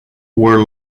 wore